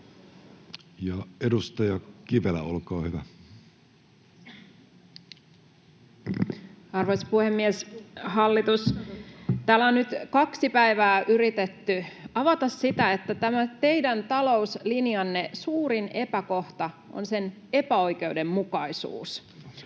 Time: 11:41 Content: Arvoisa puhemies! Hallitus, täällä on nyt kaksi päivää yritetty avata sitä, että tämän teidän talouslinjanne suurin epäkohta on sen epäoikeudenmukaisuus.